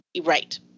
Right